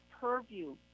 purview